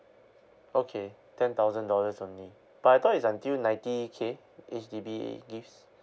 okay ten thousand dollars only but I thought it's until ninety K H_D_B gives